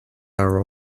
are